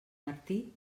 martí